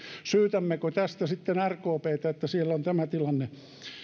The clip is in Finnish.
syytämmekö tästä sitten rkptä että siellä on tämä tilanne